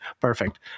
Perfect